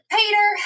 Peter